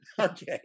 Okay